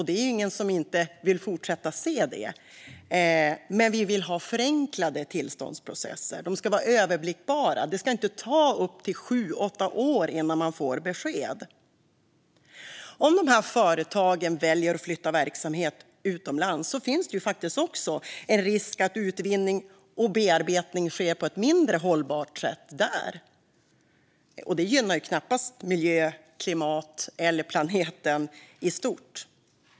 Det är ingen som inte vill fortsätta det, men vi vill ha förenklade tillståndsprocesser. De ska vara överblickbara. Det ska inte ta upp till sju åtta år att få besked. Om de här företagen väljer att flytta verksamhet utomlands finns det också en risk att utvinning och bearbetning sker på ett mindre hållbart sätt där. Det gynnar knappast miljön, klimatet eller planeten i stort.